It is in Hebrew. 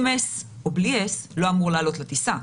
עם S או בלי S, לא אמור לעלות לטיסה.